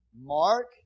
Mark